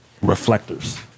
Reflectors